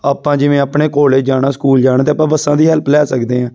ਆਪਾਂ ਜਿਵੇਂ ਆਪਣੇ ਕੋਲੇਜ ਜਾਣਾ ਸਕੂਲ ਜਾਣ ਤਾਂ ਆਪਾਂ ਬੱਸਾਂ ਦੀ ਹੈਲਪ ਲੈ ਸਕਦੇ ਹਾਂ